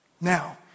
Now